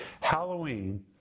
Halloween